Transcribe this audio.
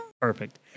Perfect